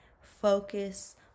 focus